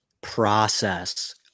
process